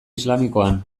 islamikoan